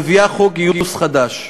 מביאה חוק גיוס חדש.